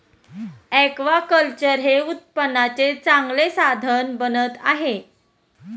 aquaculture हे उत्पन्नाचे चांगले साधन बनत आहे